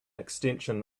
extension